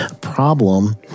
problem